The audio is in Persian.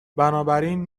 بنابراین